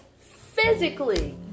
physically